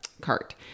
cart